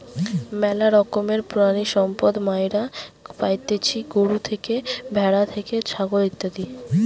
ম্যালা রকমের প্রাণিসম্পদ মাইরা পাইতেছি গরু থেকে, ভ্যাড়া থেকে, ছাগল ইত্যাদি